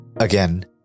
Again